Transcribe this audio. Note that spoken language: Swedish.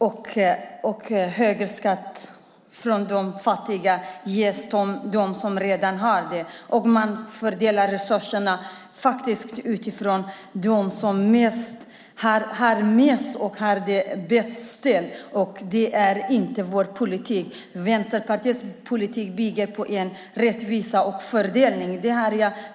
De fattigas högre skatter går till dem som redan har, och man fördelar resurserna utifrån dem som har det bäst ställt. Det är inte vår politik. Vänsterpartiets politik bygger på rättvisa och fördelning.